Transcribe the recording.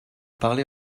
parlez